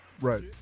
right